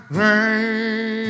rain